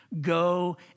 Go